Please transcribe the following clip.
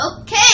Okay